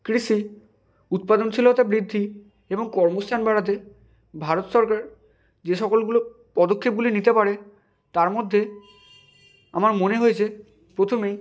কৃষি উৎপাদনশীলতা বৃদ্ধি এবং কর্মস্থান বাড়াতে ভারত সরকার যে সকলগুলো পদক্ষেপগুলি নিতে পারে তার মধ্যে আমার মনে হয়েছে প্রথমেই